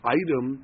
item